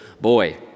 boy